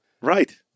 right